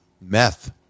meth